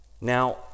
Now